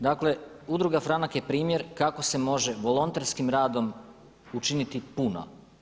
Dakle udruga Franak je primjer kako se može volonterskim radom učiniti puno.